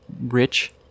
rich